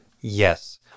Yes